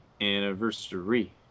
Anniversary